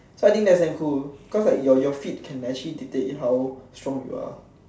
so I think that's damn cool cause like your your feet can naturally dictate how strong you are